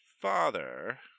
father